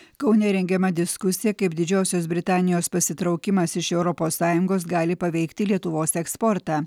kaune rengiama diskusija kaip didžiosios britanijos pasitraukimas iš europos sąjungos gali paveikti lietuvos eksportą